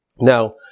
Now